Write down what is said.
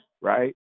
right